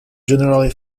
generally